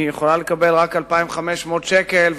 היא יכולה לקבל רק 2,500 שקל,